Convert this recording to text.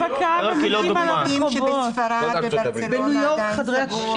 אתם יודעים שבספרד, בברצלונה, עדיין סגור.